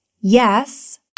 Yes